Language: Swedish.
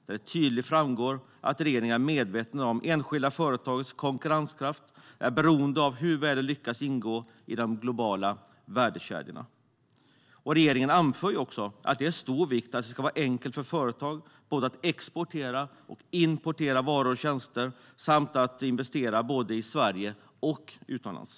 Det framgår tydligt att regeringen är medveten om att enskilda företags konkurrenskraft är beroende av hur väl de lyckas ingå i de globala värdekedjorna. Regeringen anför att det är av stor vikt att det ska vara enkelt för företag att både exportera och importera varor och tjänster samt att investera både i Sverige och utomlands.